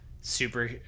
super